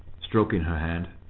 stroking her hand.